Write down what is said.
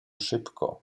szybko